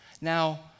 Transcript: Now